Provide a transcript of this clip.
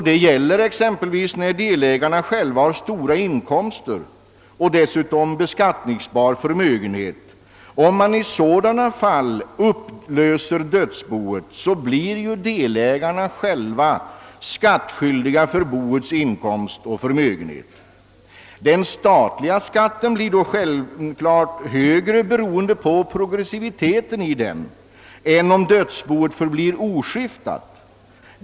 Detta gäller exempelvis sådana fall då delägarna själva har stora inkomster och dessutom beskattningsbar förmögenhet. Om man i dessa fall upplöser dödsboet blir delägarna själva skattskyldiga för boets inkomster och förmögenhet. Den statliga skatten blir då beroende på progressiviteten, högre än om dödsboet behålles oskiftat.